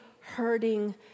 hurting